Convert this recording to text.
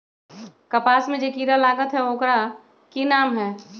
कपास में जे किरा लागत है ओकर कि नाम है?